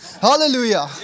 Hallelujah